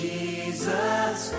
Jesus